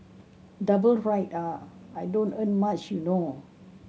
double ride ah I don't earn much you know